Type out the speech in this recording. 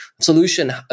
solution